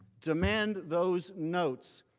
demand those notes,